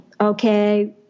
okay